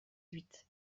huit